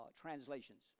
translations